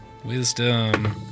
Wisdom